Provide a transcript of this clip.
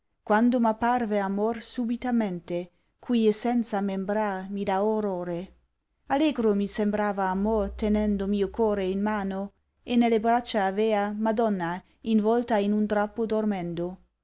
quando m apparve amor subitamente cui essenza membrar mi dà orrore allegro mi sembrava amor tenendo mio core in mano e nelle braccia avea madonna involta in un drappo dormendo